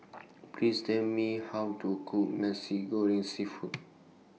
Please Tell Me How to Cook Nasi Goreng Seafood